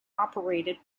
operated